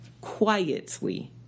quietly